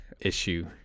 issue